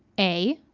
a,